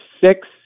six